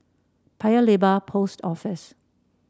Paya Lebar Post Office